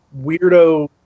weirdo